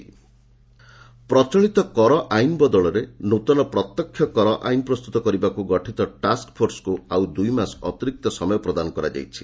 direct tax ପ୍ରଚଳିତ କର ଆଇନ ବଦଳରେ ନୂତନ ପ୍ରତ୍ୟକ୍ଷ କର ଆଇନ ପ୍ରସ୍ତୁତ କରିବାକୁ ଗଠିତ ଟାକ୍କ ଫୋର୍ସକୁ ଆଉ ଦୁଇମାସ ଅତିରିକ୍ତ ସମୟ ପ୍ରଦାନ କରାଯାଇଛି